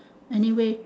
anyway